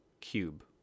cube